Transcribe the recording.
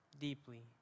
deeply